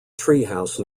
treehouse